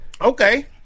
Okay